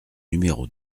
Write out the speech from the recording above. numéro